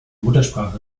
muttersprache